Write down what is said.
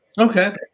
Okay